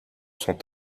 sont